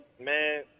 man